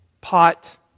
pot